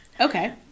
Okay